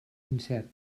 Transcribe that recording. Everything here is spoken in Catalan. incert